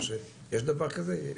יש דבר כזה?